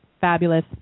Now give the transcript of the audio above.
Fabulous